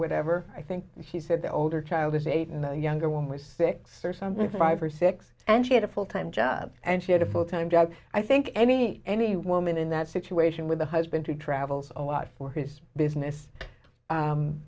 whatever i think she said the older child is eighteen the younger one was six or something five or six and she had a full time job and she had a full time job i think any any woman in that situation with a husband who travels a lot for his business